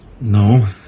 No